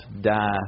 die